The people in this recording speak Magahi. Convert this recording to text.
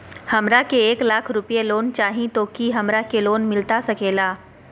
हमरा के एक लाख रुपए लोन चाही तो की हमरा के लोन मिलता सकेला?